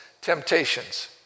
temptations